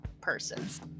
persons